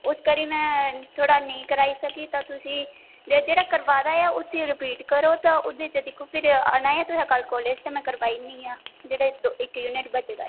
उस करी में थोह्ड़ा नेईं कराई सकी ते तुसी ते जेह्ड़ा करवाये दा ते उसी रीपिट करो ते दिक्खो ते आना फिर तुसें कॉलेज़ ते फिर में करवाई ओड़नी आं जेह्ड़ा इक्क यूनिट बचे दा ऐ